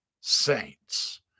saints